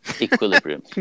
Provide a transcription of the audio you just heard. Equilibrium